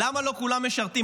למה לא כולם משרתים?